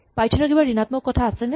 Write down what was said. Python ৰ কিবা ঋণাত্মক কথা আছেনে